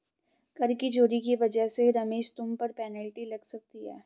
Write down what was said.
कर की चोरी की वजह से रमेश तुम पर पेनल्टी लग सकती है